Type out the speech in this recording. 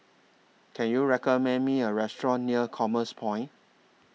Can YOU recommend Me A Restaurant near Commerce Point